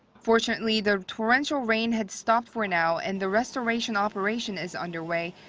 fortunately, the torrential rain has stopped for now and the restoration operation is under way,